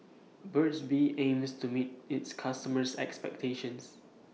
Burt's Bee aims to meet its customers' expectations